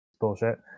bullshit